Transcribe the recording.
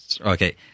Okay